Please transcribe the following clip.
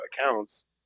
accounts